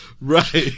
Right